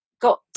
got